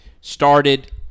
started